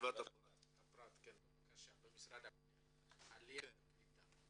הפרט במשרד העלייה והקליטה.